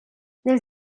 des